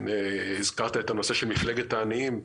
הזכרת את הנושא של מפלגת העניים,